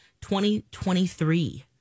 2023